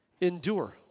endure